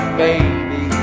baby